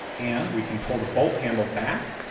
and we can pull the bolt handle back.